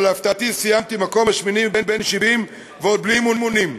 אבל להפתעתי סיימתי במקום השמיני מבין 70 ועוד בלי אימונים.